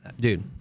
Dude